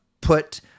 put